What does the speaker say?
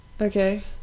Okay